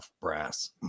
brass